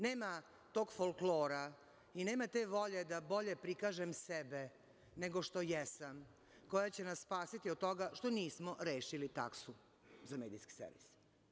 Nema tog folklora i nema te volje da bolje prikažem sebe nego što jesam koja će nas spasiti od toga što nismo rešili taksu za medijski servis.